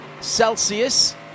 Celsius